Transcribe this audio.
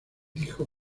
dijo